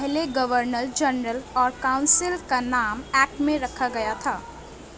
پہلے governor general اور council کا نام ایکٹ میں رکھا گیا تھا